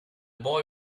boy